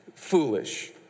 Foolish